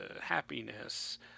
happiness